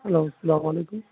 hello السلام علیکم